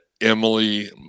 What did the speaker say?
Emily